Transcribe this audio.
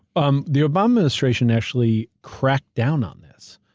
um the obama administration actually cracked down on this.